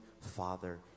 Father